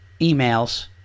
emails